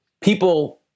people